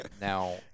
Now